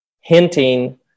hinting